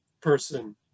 person